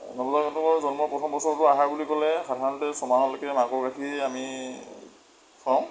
নৱজাতকৰ জন্মৰ প্ৰথম বছৰটো আহাৰ বুলি ক'লে সাধাৰণতে ছমাহলৈকেই মাকৰ গাখীৰ আমি খুৱাওঁ